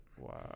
Wow